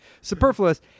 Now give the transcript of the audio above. superfluous